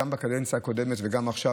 גם בקדנציה הקודמת וגם עכשיו,